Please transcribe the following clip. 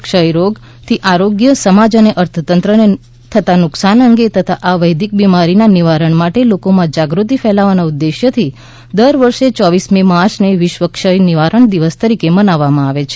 ક્ષયરોગ TB થી આરોગ્ય સમાજ અને અર્થતંત્રને થતાં નુકસાન અંગે તથા આ વૈધિક બિમારીના નિવારણ માટે લાકોમાં જાગૃતિ ફેલાવવાના ઉદેશથી દર વર્ષે ચોવીસમી માર્યને વિશ્વ ક્ષય રોગ નિવારણ દિવસ તરીકે મનાવવામાં આવે છે